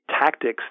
tactics